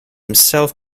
himself